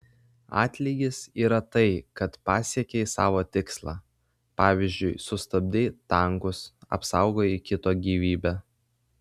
atlygis yra tai kad pasiekei savo tikslą pavyzdžiui sustabdei tankus apsaugojai kito gyvybę